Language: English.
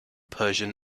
persian